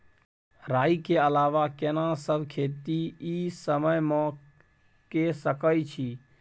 राई के अलावा केना सब खेती इ समय म के सकैछी?